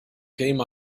came